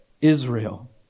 Israel